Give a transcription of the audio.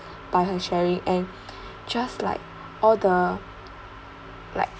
by her sharing and just like all the like